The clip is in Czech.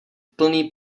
plný